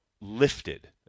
lifted